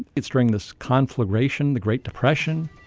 it's during this conflagration, the great depression.